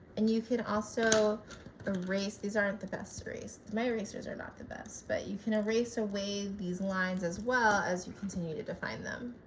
and you can also erase, these aren't the best erasers, my erasers are not the best, but you can erase away these lines as well as you continue to define them,